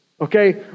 okay